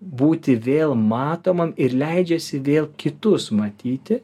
būti vėl matomam ir leidžiasi vėl kitus matyti